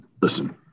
listen